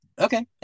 Okay